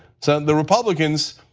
so the republicans,